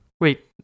Wait